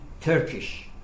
Turkish